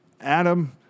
Adam